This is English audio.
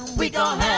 we got